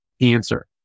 answer